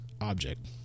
object